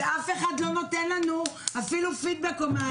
ואף אחד לא נותן לנו אפילו פידבק נורמלי.